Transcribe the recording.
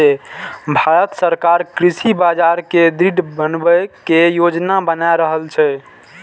भांरत सरकार कृषि बाजार कें दृढ़ बनबै के योजना बना रहल छै